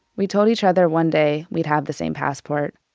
we told each other one day we'd have the same passport